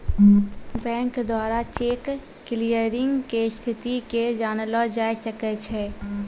bank द्वारा cheque clearing के स्थिति के जानलो जाय सकै छै